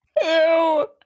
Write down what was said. Ew